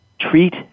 treat